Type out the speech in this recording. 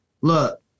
Look